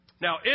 Now